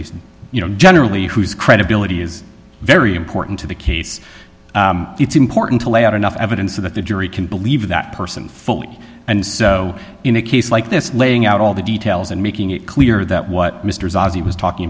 least you know generally whose credibility is very important to the case it's important to lay out enough evidence so that the jury can believe that person fully and so in a case like this laying out all the details and making it clear that what mr zazi was talking